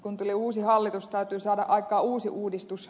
kun tuli uusi hallitus täytyi saada aikaan uusi uudistus